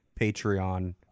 Patreon